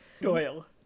Doyle